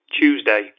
Tuesday